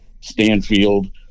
stanfield